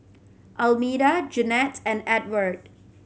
Almeda Jennette and Edward